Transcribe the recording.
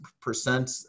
percent